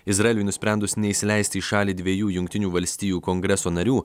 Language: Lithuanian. izraeliui nusprendus neįsileisti į šalį dviejų jungtinių valstijų kongreso narių